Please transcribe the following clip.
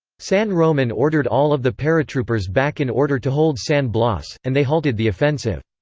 san roman ordered all of the paratroopers back in order to hold san blas, and they halted the offensive.